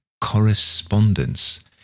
correspondence